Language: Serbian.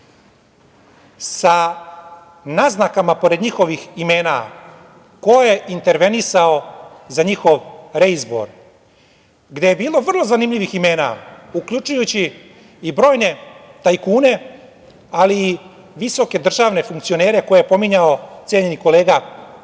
sa naznakama pored njihovih imena ko je intervenisao za njihov reizbor, gde je bilo vrlo zanimljivih imena, uključujući i brojne tajkune, ali i visoke državne funkcionere koje je pominjao cenjeni kolega